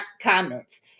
comments